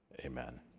amen